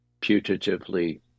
putatively